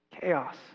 Chaos